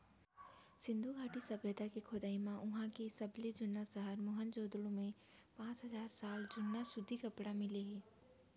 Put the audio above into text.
सिंधु घाटी सभ्यता के खोदई म उहां के सबले जुन्ना सहर मोहनजोदड़ो म पांच हजार साल जुन्ना सूती कपरा मिले हे